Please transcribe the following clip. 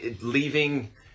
leaving